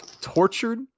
tortured